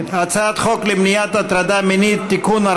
הצעת חוק למניעת הטרדה מינית (תיקון,